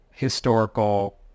historical